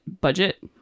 budget